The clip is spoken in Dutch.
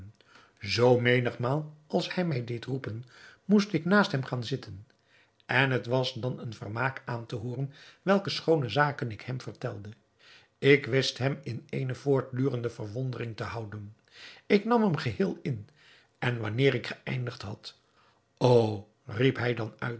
zoo menigmaal als hij mij deed roepen moest ik naast hem gaan zitten en het was dan een vermaak aan te hooren welke schoone zaken ik hem vertelde ik wist hem in eene voortdurende verwondering te houden ik nam hem geheel in en wanneer ik geëindigd had o riep hij dan